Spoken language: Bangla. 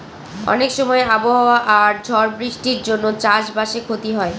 অনেক সময় আবহাওয়া আর ঝড় বৃষ্টির জন্য চাষ বাসে ক্ষতি হয়